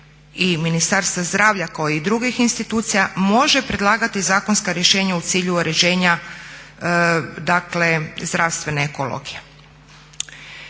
i Ministarstva zdravlja kao i drugih institucija može predlagati zakonska rješenja u cilju uređenja zdravstvene ekologije.